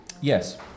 Yes